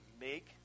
make